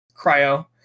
cryo